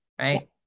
right